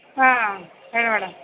ಹಾಂ ಹೇಳಿ ಮೇಡಮ್